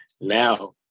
now